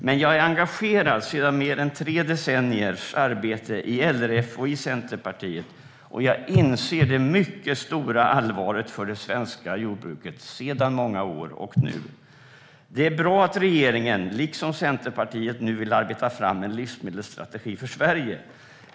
Men jag är engagerad efter mer än tre decenniers arbete i LRF och Centerpartiet, och jag inser det mycket stora allvaret för det svenska jordbruket sedan många år och nu. Det är bra att regeringen liksom Centerpartiet vill arbeta fram en livsmedelsstrategi för Sverige.